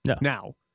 Now